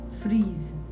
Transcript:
freeze